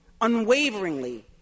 unwaveringly